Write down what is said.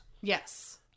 Yes